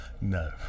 No